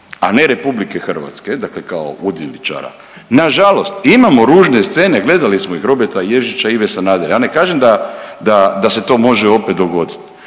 a ne RH dakle kao udjeličara, nažalost imamo ružne scene gledali smo ih Roberta Ježića i Ive Sanadera. Ja ne kažem da se to može opet dogodit,